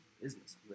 business